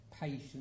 patience